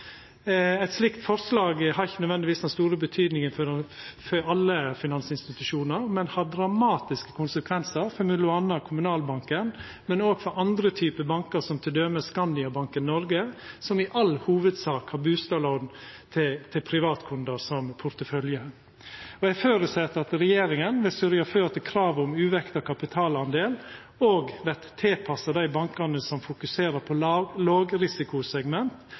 Eit slikt forslag har ikkje nødvendigvis den store betydinga for alle finansinstitusjonar, men har dramatiske konsekvensar for m.a. Kommunalbanken, men òg for andre typar bankar, som t.d. Skandiabanken Norge, som i all hovudsak har bustadlån til privatkundar som portefølje. Eg føreset at regjeringa vil sørgja for at kravet om uvekta kapitaldel òg vert tilpassa dei bankane som fokuserer på lågrisikosegment